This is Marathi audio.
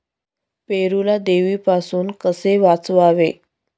पेरूला देवीपासून कसे वाचवावे?